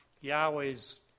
Yahweh's